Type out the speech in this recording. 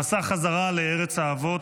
המסע חזרה לארץ האבות,